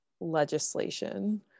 legislation